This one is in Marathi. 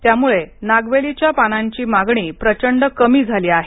त्यामुळे नागवेलीच्या पानांची मागणी प्रचंड कमी झाली आहे